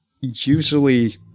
usually